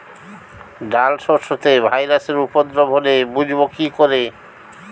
ডাল শস্যতে ভাইরাসের উপদ্রব হলে বুঝবো কি করে?